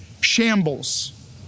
shambles